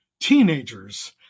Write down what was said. teenagers